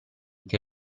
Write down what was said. che